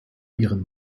ihren